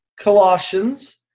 Colossians